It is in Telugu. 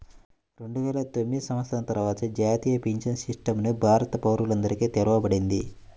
రెండువేల తొమ్మిది సంవత్సరం తర్వాత జాతీయ పెన్షన్ సిస్టమ్ ని భారత పౌరులందరికీ తెరవబడింది